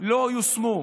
לא יושמו.